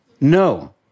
No